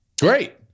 Great